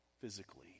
physically